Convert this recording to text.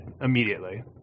immediately